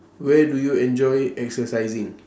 where do you enjoy exercising